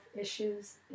issues